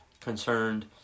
concerned